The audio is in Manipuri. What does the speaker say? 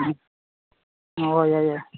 ꯎꯝ ꯍꯣꯏ ꯌꯥꯏ ꯌꯥꯏ